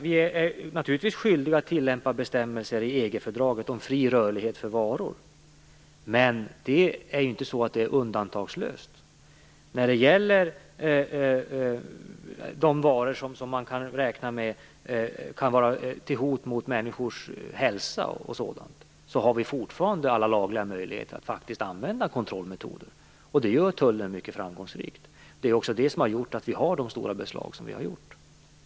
Vi är naturligtvis skyldiga att tillämpa bestämmelser i EG-fördraget om fri rörlighet för varor. Men det är inte undantagslöst. När det gäller varor som kan vara ett hot för människors hälsa har vi fortfarande alla lagliga möjligheter att använda kontrollmetoder, och det gör tullen mycket framgångsrikt. Det är också det som har lett till att man har kunnat göra dessa stora beslag.